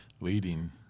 leading